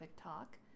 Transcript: Talk